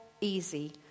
easy